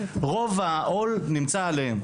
רוב העול נמצא עליהם,